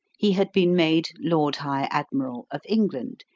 he had been made lord high admiral of england,